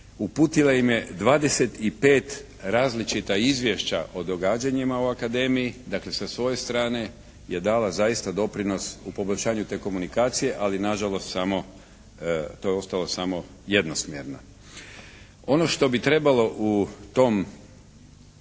uputila im je 25 različita izvješća o događanjima u Akademiji. Dakle, sa svoje strane je dala zaista doprinos u poboljšanju te komunikacije, ali nažalost samo to je ostalo samo jednosmjerno. Ono što bi trebalo u tom